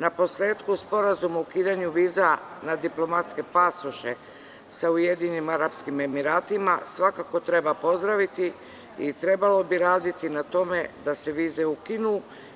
Na posletku Sporazum o ukidanju viza na diplomatske pasoše sa Ujedinjenim Arapskim Emiratima svakako treba pozdraviti i trebalo bi raditi na tome da se vize ukinu